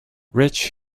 rich